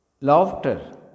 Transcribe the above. Laughter